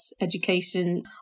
education